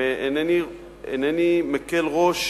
ואינני מקל ראש